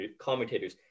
commentators